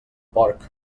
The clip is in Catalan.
porc